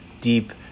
deep